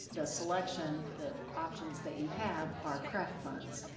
the selection, the options that you have are cref funds.